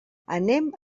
anem